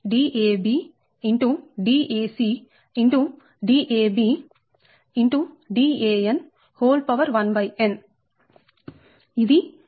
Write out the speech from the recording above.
x Dan1n ఇది 50 వ సమీకరణం